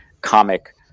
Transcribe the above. comic